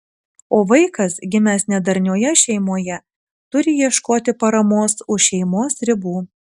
o vaikas gimęs nedarnioje šeimoje turi ieškoti paramos už šeimos ribų